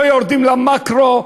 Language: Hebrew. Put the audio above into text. לא יורדים למקרו.